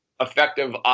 effective